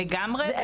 לגמרי.